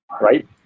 right